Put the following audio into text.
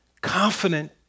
confident